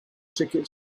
ticket